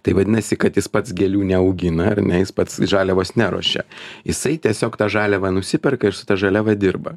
tai vadinasi kad jis pats gėlių neaugina ar ne jis pats žaliavos neruošia jisai tiesiog tą žaliavą nusiperka ir su ta žaliava dirba